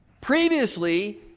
Previously